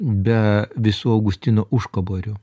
be visų augustino užkaborių